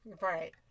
Right